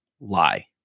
lie